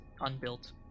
unbuilt